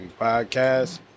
Podcast